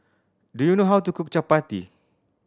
do you know how to cook chappati